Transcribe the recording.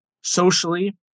socially